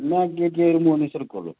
ഈ മൂന്ന് ദിവസമേ എടുക്കുള്ളു